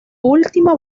última